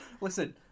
Listen